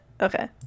Okay